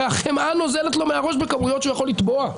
הרי החמאה נוזלת לו מהראש בכמויות שהוא יכול לטבוע.